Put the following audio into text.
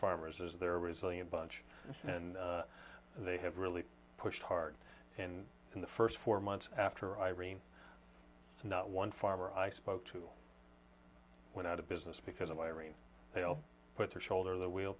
farmers is they're resilient bunch and they have really pushed hard and in the first four months after irene not one farmer i spoke to went out of business because of irene they all put their shoulder the